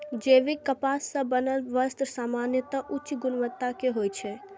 जैविक कपास सं बनल वस्त्र सामान्यतः उच्च गुणवत्ता के होइ छै